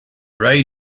right